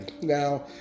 now